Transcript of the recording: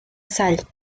sal